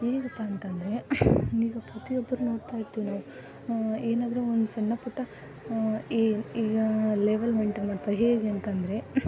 ಹೇಗಪ್ಪ ಅಂತಂದರೆ ಈಗ ಪ್ರತಿಯೊಬ್ರೂ ನೋಡ್ತಾ ಇರ್ತೀವಿ ನಾವು ಏನಾದ್ರೂ ಒಂದು ಸಣ್ಣ ಪುಟ್ಟ ಏ ಈಗ ಲೆವೆಲ್ ಮೇಯ್ನ್ಟೇನ್ ಮಾಡ್ತಾರೆ ಹೇಗೆ ಅಂತಂದರೆ